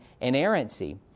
inerrancy